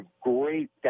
great